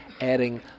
adding